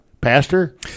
Pastor